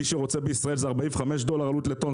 מי שרוצה בישראל, זה 45 דולר לטון.